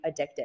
addictive